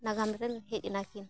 ᱱᱟᱜᱟᱢ ᱨᱮ ᱦᱮᱡ ᱮᱱᱟ ᱠᱤᱱ